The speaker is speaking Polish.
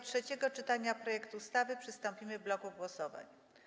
Do trzeciego czytania projektu ustawy przystąpimy w bloku głosowań.